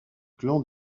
clan